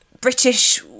British